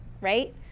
right